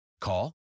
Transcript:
Call